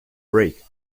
break